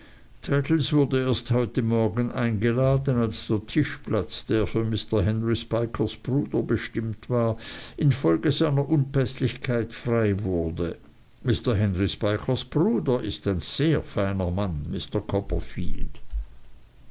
wurde erst heute morgen eingeladen als der tischplatz der für mr henry spikers bruder bestimmt war infolge seiner unpäßlichkeit frei wurde mr henry spikers bruder ist ein sehr feiner mann mr copperfield